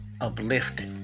uplifting